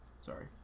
Sorry